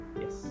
Yes